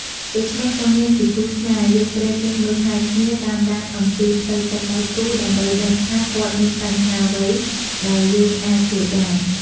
ដូច្នេះ ក្នុងនាមជាគូស្នេហ៍ យើងត្រូវចេះមើលថែគ្នា តាមដានអំពីផ្លូវចិត្តដៃគូ ដើម្បីដឹងថាគាត់មានបញ្ហាអ្វីដែលយើងអាចជួយបាន។